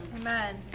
Amen